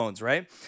right